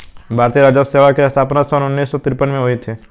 भारतीय राजस्व सेवा की स्थापना सन उन्नीस सौ तिरपन में हुई थी